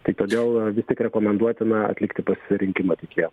tai todėl tik rekomenduotina atlikti pasirinkimą tiekėjo